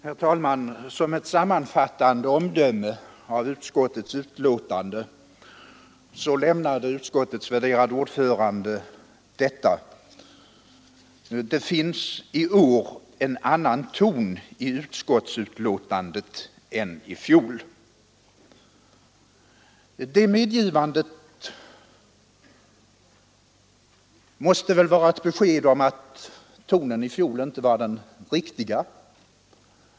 Herr talman! Som ett sammanfattande omdöme om utskottets ceringar, m.m. betänkande lämnade utskottets värderade ordförande detta: Det finns i år en annan ton i utskottsbetänkandet än i fjol. Det medgivandet måste väl vara ett besked om att tonen i fjol inte var den riktiga.